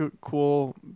cool